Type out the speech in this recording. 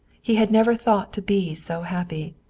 he had never thought to be so happy.